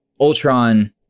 Ultron